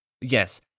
Yes